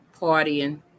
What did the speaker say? Partying